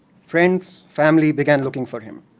friends, family began looking for him.